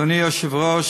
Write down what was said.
אדוני היושב-ראש,